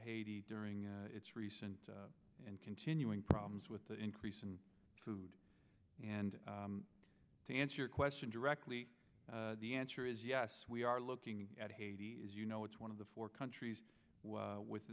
haiti during its recent and continuing problems with the increase in food and to answer your question directly the answer is yes we are looking at haiti as you know it's one of the four countries w